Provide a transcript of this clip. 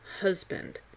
husband